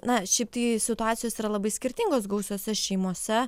na šiaip tai situacijos yra labai skirtingos gausiose šeimose